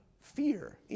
fear